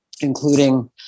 including